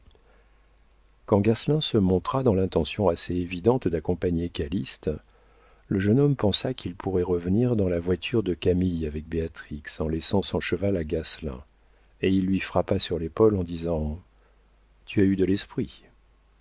quand gasselin se montra dans l'intention assez évidente d'accompagner calyste le jeune homme pensa qu'il pourrait revenir dans la voiture de camille avec béatrix en laissant son cheval à gasselin et il lui frappa sur l'épaule en disant tu as eu de l'esprit